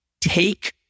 take